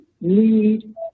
need